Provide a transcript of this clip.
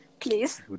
please